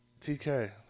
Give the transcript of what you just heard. TK